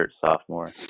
sophomore